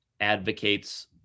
advocates